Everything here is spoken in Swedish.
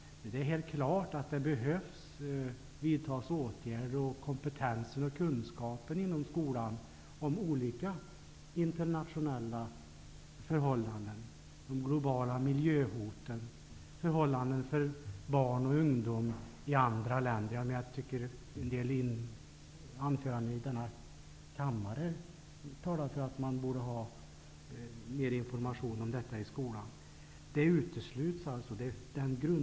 Det är helt klart att det behöver vidtas åtgärder för att förbättra kompetensen och kunskapen inom skolan om olika internationella förhållanden, t.ex. de globala miljöhoten och förhållandena för barn och ungdom i andra länder. Jag tycker att en del anföranden i denna kammare talar för att det borde finnas mer information om dessa förhållanden i skolan.